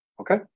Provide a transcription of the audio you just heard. okay